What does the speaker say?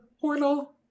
portal